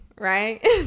Right